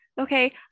Okay